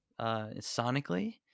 sonically